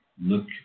look